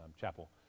chapel